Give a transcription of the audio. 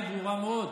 עמדתך היא ברורה מאוד.